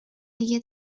دیگه